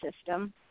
system